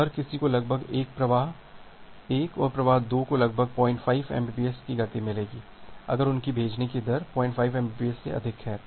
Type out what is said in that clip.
तो हर किसी को लगभग प्रवाह 1 और प्रवाह 2 को लगभग 05 एमबीपीएस गति मिलेगी अगर उनकी भेजने की दर 05 एमबीपीएस से अधिक है